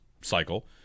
cycle